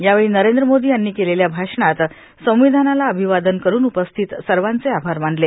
यावेळी नरेंद्र मोदी यांनी केलेल्या भाषणात संविधानाला अभिवादन करून उपस्थित सर्वांचे आभार मानले